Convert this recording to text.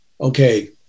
okay